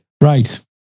Right